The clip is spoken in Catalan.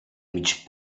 mig